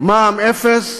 במע"מ אפס?